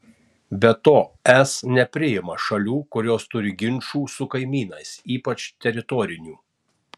be to es nepriima šalių kurios turi ginčų su kaimynais ypač teritorinių